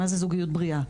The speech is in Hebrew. מה זה זוגיות בריאה.